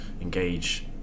engage